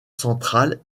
central